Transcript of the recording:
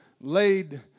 laid